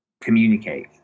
communicate